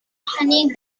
honey